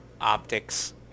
optics